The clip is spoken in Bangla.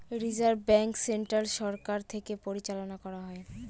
রিজার্ভ ব্যাঙ্ক সেন্ট্রাল সরকার থেকে পরিচালনা করা হয়